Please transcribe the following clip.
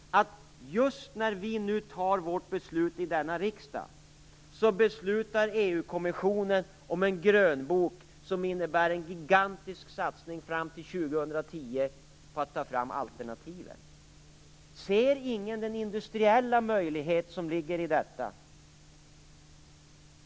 Just när vi fattar vårt beslut i denna riksdag beslutar EU-kommissionen om en grönbok som innebär en gigantisk satsning fram till 2010 på att ta fram alternativ. Ser ingen den industriella möjlighet som ligger i detta?